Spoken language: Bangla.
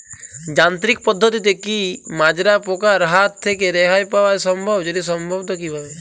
যান্ত্রিক পদ্ধতিতে কী মাজরা পোকার হাত থেকে রেহাই পাওয়া সম্ভব যদি সম্ভব তো কী ভাবে?